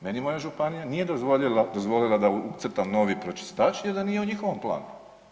Meni moja županija nije dozvolila da ucrtam novi pročistač jer on nije u njihovom planu.